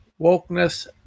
wokeness